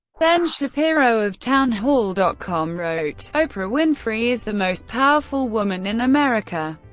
ben shapiro of townhall dot com wrote oprah winfrey is the most powerful woman in america.